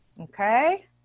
okay